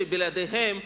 שבלעדיהם,